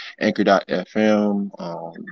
Anchor.fm